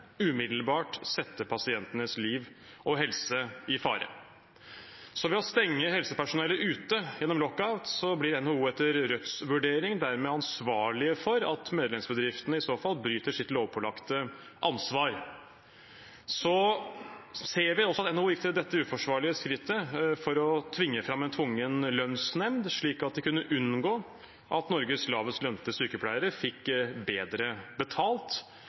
umiddelbart sette pasientenes liv og helse i fare. Så ved å stenge helsepersonellet ute gjennom lockout blir NHO etter Rødts vurdering ansvarlig for at medlemsbedriftene bryter sitt lovpålagte ansvar. Så ser vi også at NHO gikk til dette uforsvarlige skrittet for å tvinge fram en tvungen lønnsnemnd, slik at de kunne unngå at Norges lavest lønte sykepleiere fikk bedre betalt.